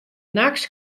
nachts